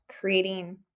creating